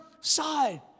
side